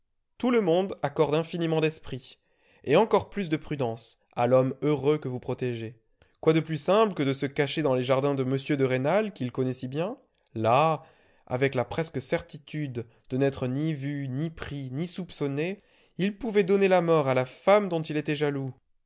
tout le monde accorde infiniment d'esprit et encore plus de prudence à l'homme heureux que vous protégez quoi de plus simple que de se cacher dans les jardins de m de rênal qu'il connaît si bien là avec la presque certitude de n'être ni vu ni pris ni soupçonné il pouvait donner la mort à la femme dont il était jaloux